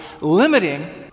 limiting